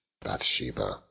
Bathsheba